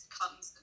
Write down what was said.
comes